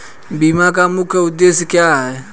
बीमा का मुख्य उद्देश्य क्या है?